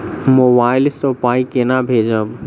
Mobile सँ पाई केना भेजब?